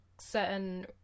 certain